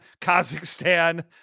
Kazakhstan